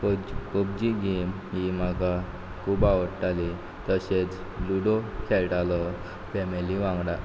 पच PUBG game ही म्हाका खूब आवडटाली तशेंच लुडो खेळटालो फॅमिली वांगडा